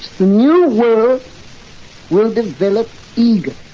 the new world will develop eagerly.